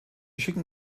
schicken